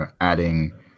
adding